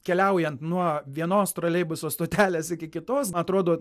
keliaujant nuo vienos troleibuso stotelės iki kitos atrodo